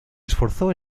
esforzó